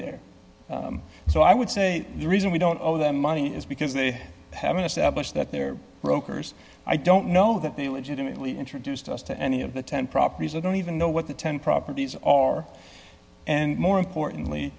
there so i would say the reason we don't owe them money is because they haven't established that they're brokers i don't know that they legitimately introduced us to any of the ten properties i don't even know what the ten properties are and more importantly